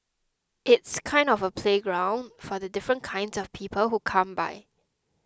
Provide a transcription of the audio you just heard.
it's kind of a playground for the different kinds of people who come by